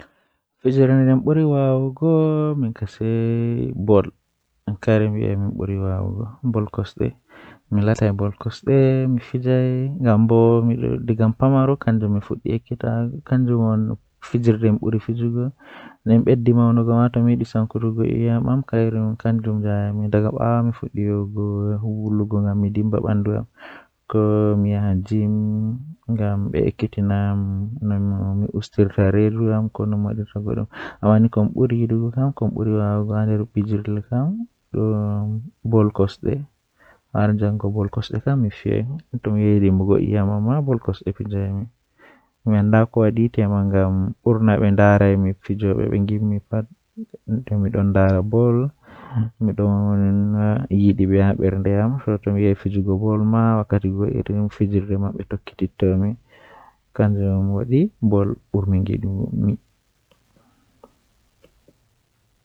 Eh hunde fijuki jei bingel jei mi burdaa yiduki kanjum woni haa wodi fijide mootaaji jei be hawrata be gongonji madaraaji do woodi nobe fiyirta dum warta bvana moota kanjum mi burdaa yiduki, wakkati mi bingel.